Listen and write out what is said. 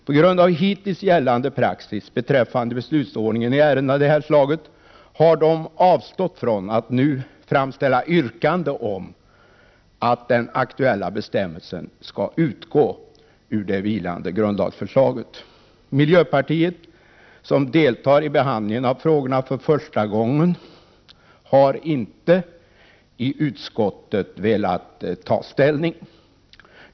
På grund av hittills gällande praxis beträffande beslutsordningen i ärenden av detta slag har de avstått från att nu framställa yrkande om att den aktuella bestämmelsen skall utgå ur det vilande grundlagsförslaget. Miljöpartiet, som deltar i behandlingen av frågorna för första gången, har inte velat ta ställning i utskottet. Herr talman!